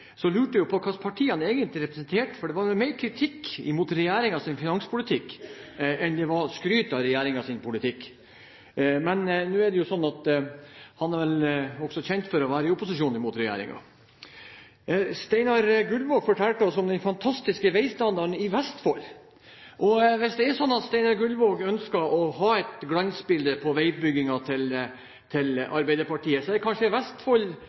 egentlig representerte, for det var mer kritikk mot regjeringens finanspolitikk enn det var skryt av regjeringens politikk. Men nå er det jo sånn at han vel også er kjent for å være i opposisjon mot regjeringen. Steinar Gullvåg fortalte oss om den fantastiske veistandarden i Vestfold. Hvis Steinar Gullvåg ønsker å ha et glansbilde på veibyggingen til Arbeiderpartiet, er kanskje Vestfold